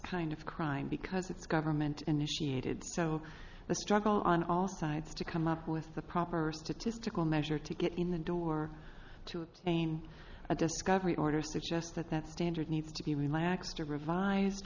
kind of crime because it's government initiated so the struggle on all sides to come up with the proper statistical measure to get in the door to obtain a discovery order suggests that that standard needs to be relaxed a revised